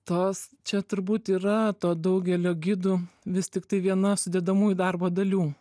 tos čia turbūt yra to daugelio gidų vis tiktai viena sudedamųjų darbo dalių